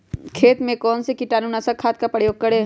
खेत में कौन से कीटाणु नाशक खाद का प्रयोग करें?